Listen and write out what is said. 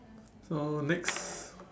so next